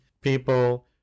people